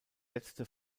letzte